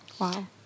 Wow